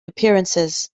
appearances